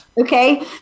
Okay